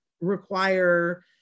require